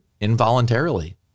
involuntarily